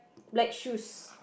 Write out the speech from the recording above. black shoes